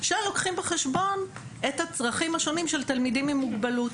שלוקחים בחשבון את הצרכים השונים של תלמידים עם מוגבלות.